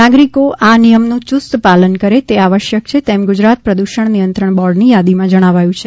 નાગરિકો આ નિયમનું યુસ્તપાલન કરે તે આવશ્યક છે એમ ગુજરાત પ્રદૂષણ નિયંત્રણ બોર્ડની યાદીમાં જણાવાયું છે